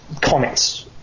comments